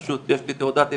פשוט יש לי תעודת עיוור.